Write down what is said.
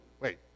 Wait